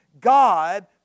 God